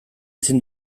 ezin